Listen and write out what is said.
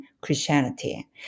Christianity